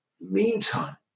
meantime